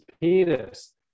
penis